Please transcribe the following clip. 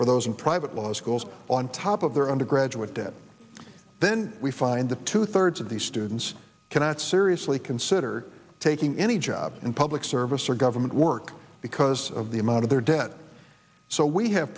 for those in private law schools on top of their undergraduate debt then we find two thirds of these students cannot seriously consider taking any job in public service or government work because of the amount of their debt so we have